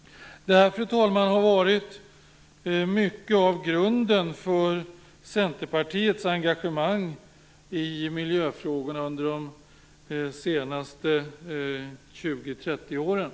Fru talman! Det här har varit mycket av grunden för Centerpartiets engagemang i miljöfrågorna under de senaste 20-30 åren.